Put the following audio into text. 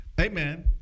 amen